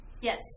Yes